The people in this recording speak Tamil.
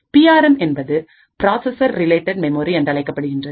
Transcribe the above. பி ஆர் எம் என்பது ப்ராசசர் ரிலேட்டட் மெமரி என்றழைக்கப்படுகின்றது